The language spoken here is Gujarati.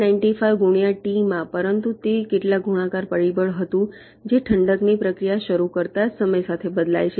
95 ગુણ્યા ટી માં પરંતુ તે કેટલાક ગુણાકાર પરિબળ હતું જે ઠંડકની પ્રક્રિયા શરૂ થતાં જ સમય સાથે બદલાય છે